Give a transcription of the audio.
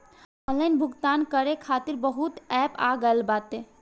online भुगतान करे खातिर बहुते एप्प आ गईल बाटे